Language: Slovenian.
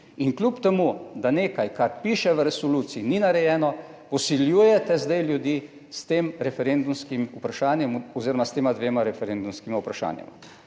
in kljub temu, da nekaj kar piše v resoluciji ni narejeno, vsiljujete zdaj ljudi s tem referendumskim vprašanjem oziroma s tema dvema referendumskima vprašanjema.